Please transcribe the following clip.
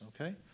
okay